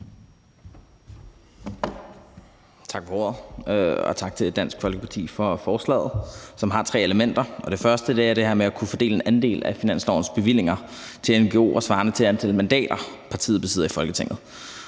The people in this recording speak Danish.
Tak for ordet, og tak til Dansk Folkeparti for forslaget, som har tre elementer. Det første er det her med at kunne fordele en andel af finanslovens bevillinger til ngo'er svarende til antallet af mandater, partiet besidder i Folketinget.